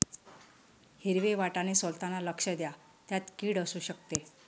हिरवे वाटाणे सोलताना लक्ष द्या, त्यात किड असु शकते